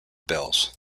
bills